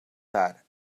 that